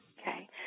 Okay